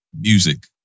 music